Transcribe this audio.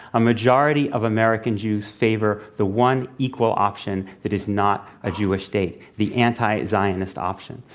a majority of american jews favor the one equal option that is not a jewish state, the anti-zionist option.